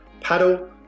Paddle